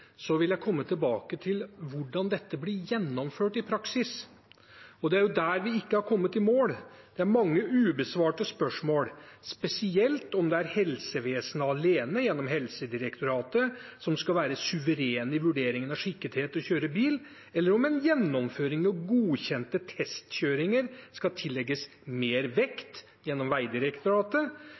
hvordan det blir gjennomført i praksis. Det er jo der vi ikke har kommet i mål. Det er mange ubesvarte spørsmål, spesielt om det er helsevesenet alene som gjennom Helsedirektoratet skal være suveren i vurderingen av skikkethet til å kjøre bil, eller om en gjennomføring av godkjente testkjøringer skal tillegges mer vekt, gjennom Vegdirektoratet.